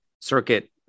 circuit